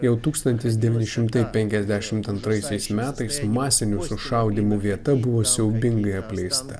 jau tūkstantis devyni šimtai penkiasdešimt antraisiais metais masinių sušaudymų vieta buvo siaubingai apleista